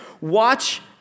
watch